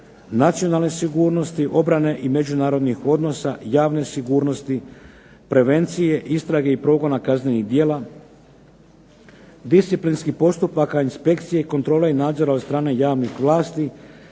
Nacionalne sigurnosti, obrane i međunarodnih odnosa, javne sigurnosti, prevencije, istrage i progona kaznenih djela, disciplinskih postupaka, inspekcije, kontrole i nadzora od strane javnih vlasti,